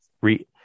re